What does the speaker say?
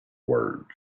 words